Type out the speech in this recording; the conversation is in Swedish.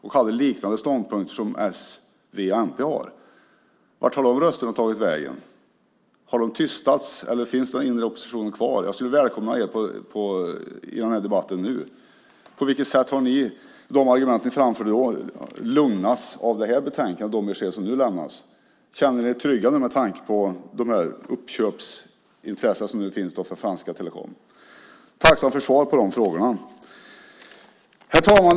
De hade liknande ståndpunkter som s, v och mp har. Vart har de rösterna tagit vägen? Har de tystats, eller finns den inre oppositionen kvar? Jag skulle välkomna er i den här debatten nu. På vilket sätt har ni, med tanke på de argument ni framförde då, lugnats av det här betänkandet och de besked som nu lämnas? Känner ni er trygga med tanke på de uppköpsintressen som finns från France Telecom? Jag skulle vara tacksam för svar på de frågorna. Herr talman!